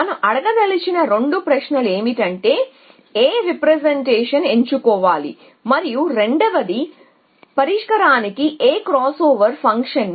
మనం అడగదలిచిన 2 ప్రశ్నలు ఏమిటంటే ఏ రీప్రెజెంటేషన్ ఎంచుకోవాలి మరియు రెండవది పరికరానికి క్రాస్ ఓవర్ ఫంక్షన్